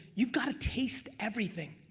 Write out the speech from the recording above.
you've gotta taste everything.